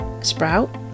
sprout